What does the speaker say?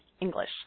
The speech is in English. English